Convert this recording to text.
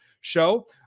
show